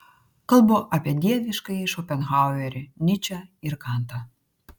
kalbu apie dieviškąjį šopenhauerį nyčę ir kantą